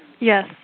Yes